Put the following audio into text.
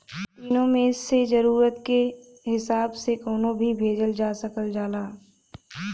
तीनो मे से जरुरत क हिसाब से कउनो भी भेजल जा सकल जाला